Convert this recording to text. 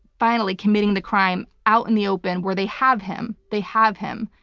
finally committing the crime out in the open where they have him, they have him.